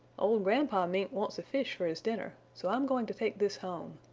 old grandpa mink wants a fish for his dinner, so i am going to take this home.